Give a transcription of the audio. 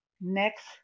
next